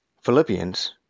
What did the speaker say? Philippians